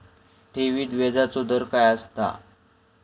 ठेवीत व्याजचो दर काय असता?